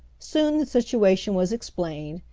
soon the situation was explained,